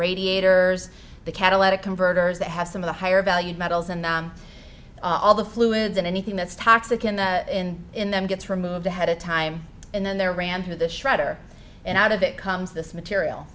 radiators the catalytic converters they have some of the higher valued metals and all the fluids and anything that's toxic in the in in them gets removed ahead of time and then they're ran through the shredder and out of that comes this material